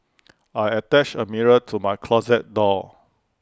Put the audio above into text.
I attached A mirror to my closet door